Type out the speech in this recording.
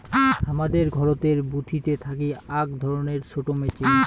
হামাদের ঘরতের বুথিতে থাকি আক ধরণের ছোট মেচিন